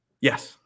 Yes